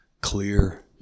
clear